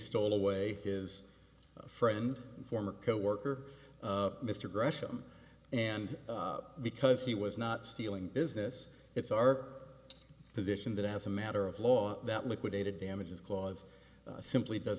stole away his friend former coworker mr gresham and because he was not stealing business it's our position that as a matter of law that liquidated damages clause simply does